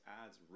ads